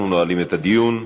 אנחנו נועלים את הדיון.